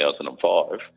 2005